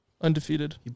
undefeated